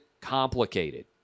complicated